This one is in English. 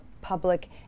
public